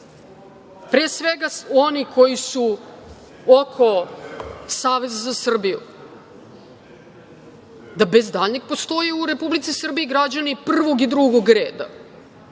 pre svega oni koji su oko Saveza za Srbiju, da bez daljnjeg postoji u Republici Srbiji građani prvog i drugog reda.